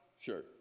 Sure